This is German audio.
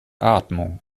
atmung